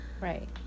right